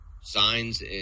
signs